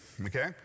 Okay